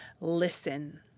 Listen